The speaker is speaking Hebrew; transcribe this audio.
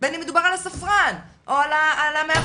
בין אם מדובר על הספרן או על המאבטח.